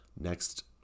next